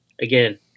again